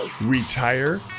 Retire